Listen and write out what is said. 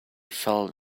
felt